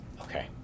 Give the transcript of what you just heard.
Okay